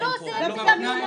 --- יגיד לה